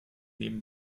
neben